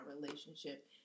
relationship